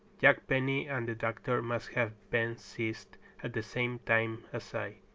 jack penny and the doctor must have been seized at the same time as i.